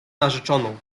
narzeczoną